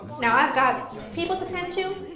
now, i've got people to tend to,